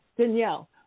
Danielle